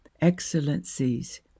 Excellencies